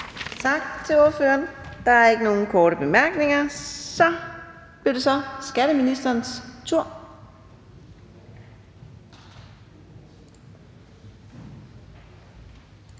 Tak til ordføreren. Der er ikke nogen korte bemærkninger. Så blev det så skatteministerens tur.